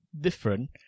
different